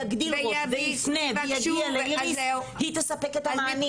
יגדיל ראש ויפנה ויגיע לאיריס - היא תספק את המענים.